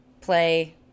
play